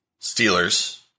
Steelers